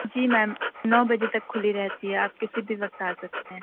جی ma'am نو بجے تک کھلی رہتی ہے آپ کسی بھی وقت آ سکتے ہیں